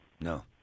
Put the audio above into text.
No